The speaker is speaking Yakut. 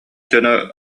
дьон